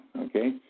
Okay